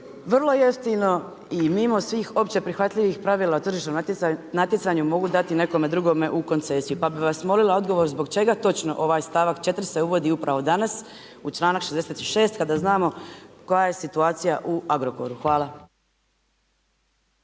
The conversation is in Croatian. vrlo jeftino i mimo svih općeprihvatljivih pravila na tržišnom natjecanju mogu dati nekomu drugome u koncesiju. Pa bi vas molila odgovor zbog čega točno ovaj stavak 4. se uvodi upravo danas u čl.66. kada znamo koja je situacija u Agrokoru. Hvala.